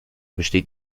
besteht